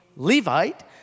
Levite